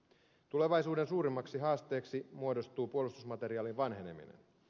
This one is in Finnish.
tulevaisuuden suurimmaksi haasteeksi muodostuu puolustusmateriaalin vanheneminen